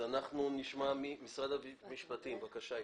משרד המשפטים, בבקשה.